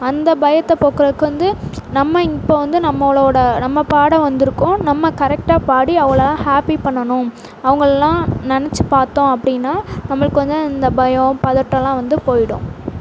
அந்த பயத்தை போக்குறத்துக்கு வந்து நம்ம இப்போ வந்து நம்மளோடு நம்ம பாட வந்திருக்கோம் நம்ம கரெக்டாக பாடி அவங்களலாம் ஹாப்பி பண்ணணும் அவங்களலாம் நெனைச்சி பார்த்தோம் அப்படின்னா நம்மளுக்கு வந்து இந்த பயம் பதட்டல்லாம் வந்து போய்விடும்